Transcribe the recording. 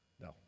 No